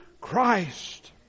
Christ